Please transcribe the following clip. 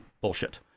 bullshit